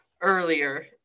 earlier